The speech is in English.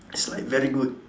he's like very good